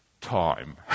time